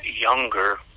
younger